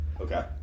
Okay